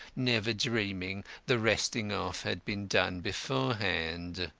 never dreaming the wresting off had been done beforehand.